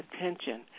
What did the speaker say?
attention